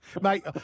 Mate